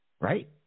Right